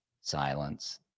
silence